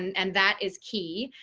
and that is key.